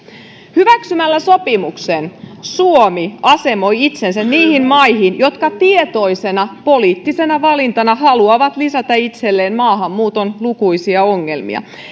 hyväksymällä sopimuksen suomi asemoi itsensä niihin maihin jotka tietoisena poliittisena valintana haluavat lisätä itselleen maahanmuuton lukuisia ongelmia